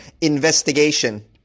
investigation